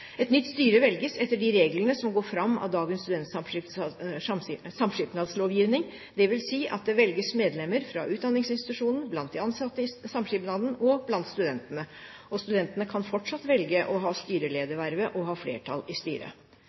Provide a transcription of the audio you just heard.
Et nytt styre velges etter de reglene som går fram av dagens studentsamskipnadslovgivning. Det vil si at det velges medlemmer fra utdanningsinstitusjonen, blant de ansatte i samskipnaden og blant studentene. Studentene kan fortsatt velge å ha styreledervervet og å ha flertall i styret.